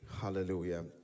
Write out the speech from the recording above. Hallelujah